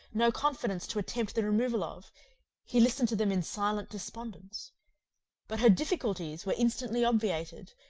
no confidence to attempt the removal of he listened to them in silent despondence but her difficulties were instantly obviated,